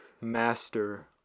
Master